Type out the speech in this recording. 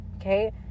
okay